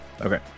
Okay